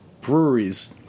breweries